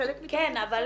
מרכז